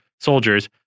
soldiers